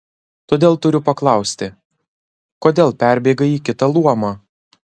todėl turiu paklausti kodėl perbėgai į kitą luomą